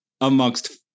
amongst